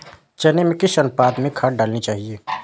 चने में किस अनुपात में खाद डालनी चाहिए?